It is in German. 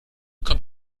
kommt